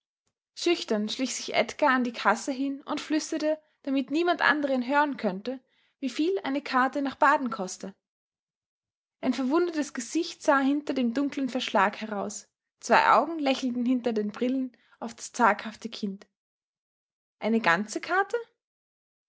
schüchtern schlich sich edgar an die kasse hin und flüsterte damit niemand anderer ihn hören könnte wieviel eine karte nach baden koste ein verwundertes gesicht sah hinter dem dunklen verschlag heraus zwei augen lächelten hinter den brillen auf das zaghafte kind eine ganze karte